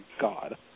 God